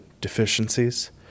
deficiencies